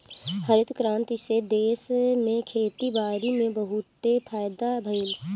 हरित क्रांति से देश में खेती बारी में बहुते फायदा भइल